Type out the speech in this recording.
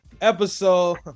episode